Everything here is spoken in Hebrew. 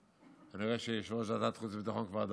אני רואה שיושב-ראש ועדת חוץ וביטחון כבר דרוך.